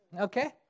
Okay